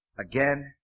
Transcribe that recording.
Again